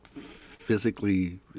physically